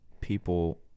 people